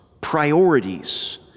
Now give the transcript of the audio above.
priorities